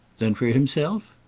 then for himself?